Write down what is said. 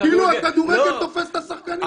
כאילו הכדורגל תופס את השחקנים.